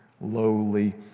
lowly